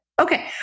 Okay